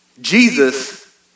Jesus